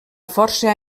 força